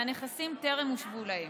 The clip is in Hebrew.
והנכסים טרם הושבו להם.